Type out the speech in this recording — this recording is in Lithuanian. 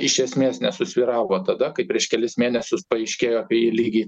iš esmės nesusvyravo tada kai prieš kelis mėnesius paaiškėjo apie jį lygiai